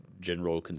general